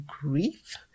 grief